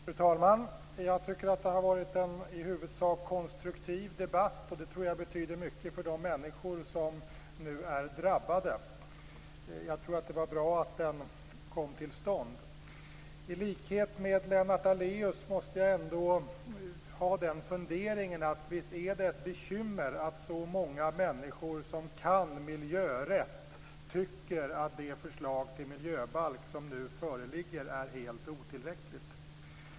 Fru talman! Jag tycker att det har varit en i huvudsak konstruktiv debatt, och det tror jag betyder mycket för de människor som nu är drabbade. Jag tror att det var bra att den kom till stånd. I likhet med Lennart Daléus måste jag ändå fundera: Visst är det ett bekymmer att så många människor som kan miljörätt tycker att det förslag till miljöbalk som nu föreligger är helt otillräckligt?